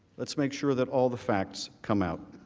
let's make sure that all the facts come out.